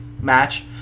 match